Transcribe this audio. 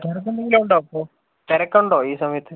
തിരക്കെന്തെങ്കിലും ഉണ്ടോ അപ്പൊൾ തിരക്കുണ്ടോ ഈ സമയത്ത്